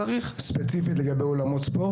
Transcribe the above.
ספציפית לגבי אולמות ספורט?